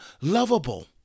lovable